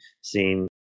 seen